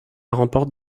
remporte